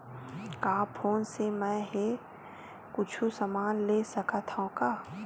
का फोन से मै हे कुछु समान ले सकत हाव का?